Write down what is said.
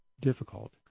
difficult